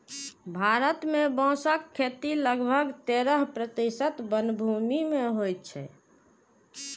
भारत मे बांसक खेती लगभग तेरह प्रतिशत वनभूमि मे होइ छै